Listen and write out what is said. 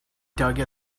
dug